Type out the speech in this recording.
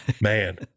man